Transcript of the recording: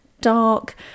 dark